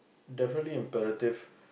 definitely imperative